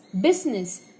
business